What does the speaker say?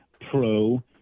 pro